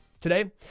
Today